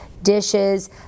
dishes